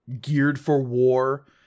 geared-for-war